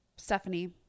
Stephanie